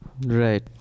Right